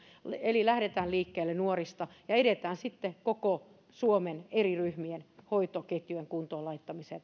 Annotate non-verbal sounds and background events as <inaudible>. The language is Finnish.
eli lähdetään liikkeelle nuorista ja edetään sitten tässä asiassa koko suomen eri ryhmien hoitoketjujen kuntoon laittamiseen <unintelligible>